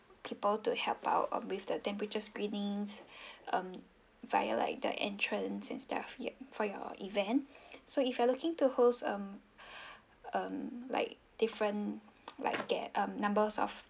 people to help out with the temperature screenings um via like the entrance and stuff yup for your event so if you are looking to host a um like different like get a numbers of